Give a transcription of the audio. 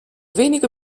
wenige